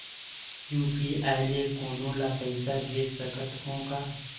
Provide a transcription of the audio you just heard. UPI ले कोनो ला पइसा भेज सकत हों का?